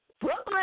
Brooklyn